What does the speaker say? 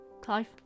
Clive